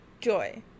joy